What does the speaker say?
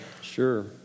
Sure